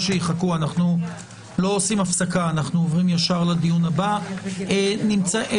התשפ"ב 2021, נתקבלה.